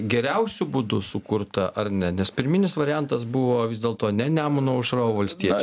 geriausiu būdu sukurta ar ne nes pirminis variantas buvo vis dėlto ne nemuno aušra o valstiečiai